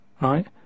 right